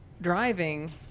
driving